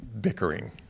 bickering